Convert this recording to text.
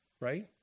Right